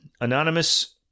Anonymous